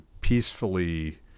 peacefully